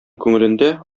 күңелендә